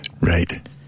Right